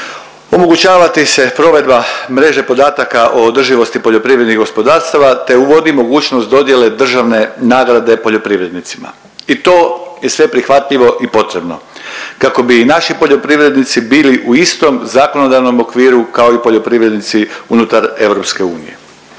omogućavati se provedba mreže podataka o održivosti poljoprivrednih gospodarstava te uvodi mogućnost dodjele državne nagrade poljoprivrednicima i to je sve prihvatljivo i potrebno kako bi i naši poljoprivrednici bili u istom zakonodavnom okviru kao i poljoprivrednici unutar EU.